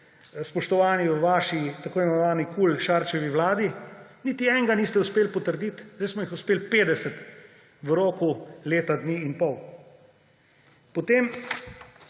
spoštovani, v vaši tako imenovani KUL Šarčevi vladi, niti enega niste uspeli potrditi, zdaj smo jih uspeli 50 v roku leta dni in pol. Potem